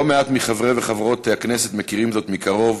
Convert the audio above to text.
לא מעט מחברי ומחברות הכנסת מכירים זאת מקרוב,